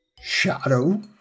shadow